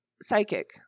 psychic